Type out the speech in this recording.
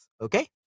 okay